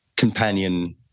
companion